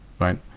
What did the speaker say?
right